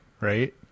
Right